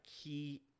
key